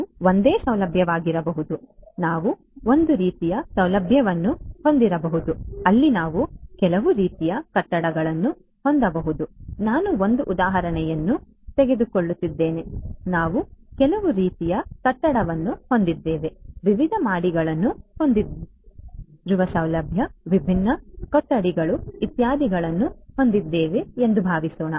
ಇದು ಒಂದೇ ಸೌಲಭ್ಯವಾಗಿರಬಹುದು ನಾವು ಒಂದು ರೀತಿಯ ಸೌಲಭ್ಯವನ್ನು ಹೊಂದಿರಬಹುದು ಅಲ್ಲಿ ನಾವು ಕೆಲವು ರೀತಿಯ ಕಟ್ಟಡಗಳನ್ನು ಹೊಂದಬಹುದು ನಾನು ಒಂದು ಉದಾಹರಣೆಯನ್ನು ತೆಗೆದುಕೊಳ್ಳುತ್ತಿದ್ದೇನೆ ನಾವು ಕೆಲವು ರೀತಿಯ ಕಟ್ಟಡವನ್ನು ಹೊಂದಿದ್ದೇವೆ ವಿವಿಧ ಮಹಡಿಗಳನ್ನು ಹೊಂದಿರುವ ಸೌಲಭ್ಯ ವಿಭಿನ್ನ ಕೊಠಡಿಗಳು ಇತ್ಯಾದಿಗಳನ್ನು ಹೊಂದಿದ್ದೇವೆ ಎಂದು ಭಾವಿಸೋಣ